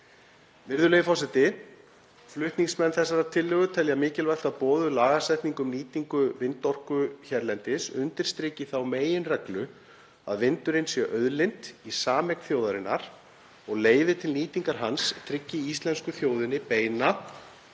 Virðulegi forseti. Flutningsmenn þessarar tillögu telja mikilvægt að boðuð lagasetning um nýtingu vindorku hérlendis undirstriki þá meginreglu að vindurinn sé auðlind í sameign þjóðarinnar og leyfi til nýtingar hans tryggi íslensku þjóðinni beina